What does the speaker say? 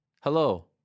hello